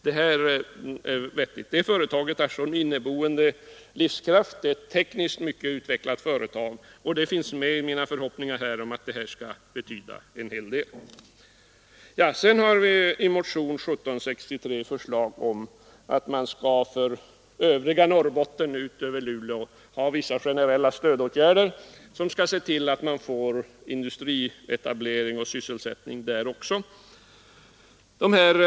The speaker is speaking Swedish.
Det företaget har så stor inneboende livskraft och det är tekniskt mycket väl utvecklat. Detta finns med i mina förhoppningar om att det skall komma att betyda en hel del. Motionen 1763 innehåller förslag om vissa generella stödåtgärder som skall åstadkomma att vi får industrietablering och sysselsättning också i övriga delar av Norrbotten.